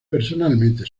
personalmente